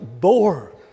bore